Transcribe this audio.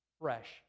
fresh